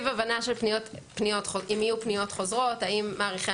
הבנה אם יהיו פניות חוזרות האם מעריכי